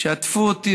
שעטפו אותי